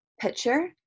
picture